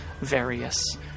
various